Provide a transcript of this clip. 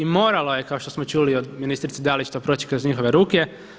I moralo je kao što smo čuli od ministrice Dalić proći kroz njihove ruke.